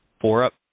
four-up